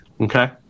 Okay